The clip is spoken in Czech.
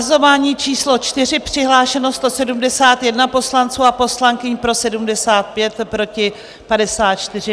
Hlasování číslo 4, přihlášeno 171 poslanců a poslankyň, pro 75, proti 54.